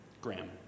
Graham